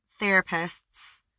Therapists